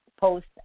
post